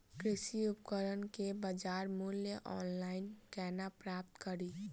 कृषि उपकरण केँ बजार मूल्य ऑनलाइन केना प्राप्त कड़ी?